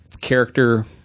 character